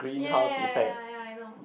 ya ya ya ya ya I know